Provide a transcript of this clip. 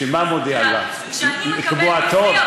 ומה מודיעים לך, לקבוע תור?